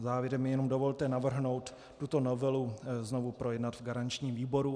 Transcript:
Závěrem mi jen dovolte navrhnout tuto novelu znovu projednat v garančním výboru.